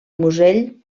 musell